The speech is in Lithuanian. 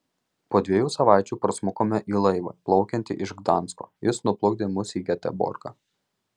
po dviejų savaičių prasmukome į laivą plaukiantį iš gdansko jis nuplukdė mus į geteborgą